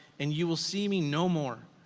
and you will see me no more.